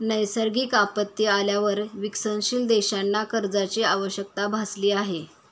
नैसर्गिक आपत्ती आल्यावर विकसनशील देशांना कर्जाची आवश्यकता भासली आहे